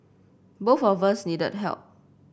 both of us needed help